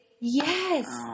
Yes